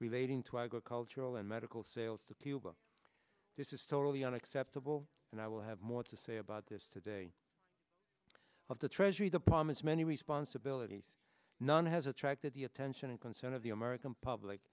relating to agricultural and medical sales to cuba this is totally unacceptable and i will have more to say about this today of the treasury department's many responsibilities none has attracted the attention and concern of the american public